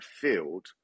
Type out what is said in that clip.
field